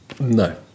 no